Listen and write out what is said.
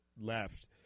left